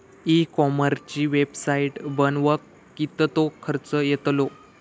E कॉमर्सची website बनवक किततो खर्च येतलो?